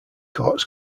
courts